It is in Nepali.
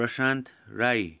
प्रशान्त राई